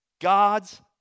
God's